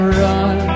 run